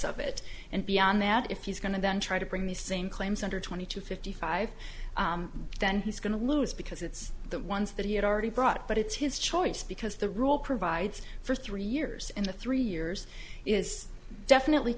of it and beyond that if he's going to then try to bring the same claims under twenty to fifty five then he's going to lose because it's the ones that he had already brought but it's his choice because the rule provides for three years in the three years is definitely